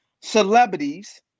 celebrities